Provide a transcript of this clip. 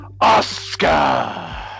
Oscar